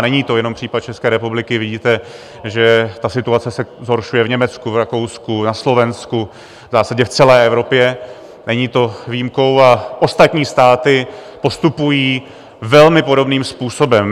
Není to jenom případ České republiky, vidíte, že situace se zhoršuje v Německu, Rakousku, na Slovensku, v zásadě v celé Evropě, není to výjimkou, a ostatní státy postupují velmi podobným způsobem.